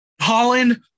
Holland